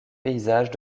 paysages